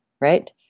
right